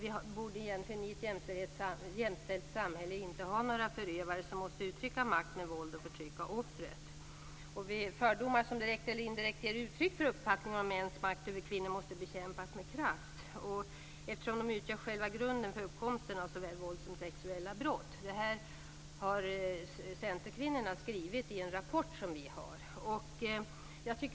I ett jämställt samhälle borde vi egentligen inte ha några förövare som måste uttrycka makt med våld och förtryck av offret. De fördomar som direkt eller indirekt ger uttryck för uppfattningen om mäns makt över kvinnor måste bekämpas med kraft eftersom de utgör själva grunden för uppkomsten av såväl våld som sexuella brott. Detta har vi centerkvinnor skrivit i en rapport.